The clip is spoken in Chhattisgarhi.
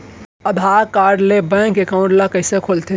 आधार कारड ले बैंक एकाउंट ल कइसे खोलथे?